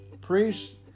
priests